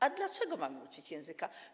A dlaczego mamy uczyć języka?